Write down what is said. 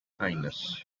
kindness